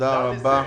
תודה רבה.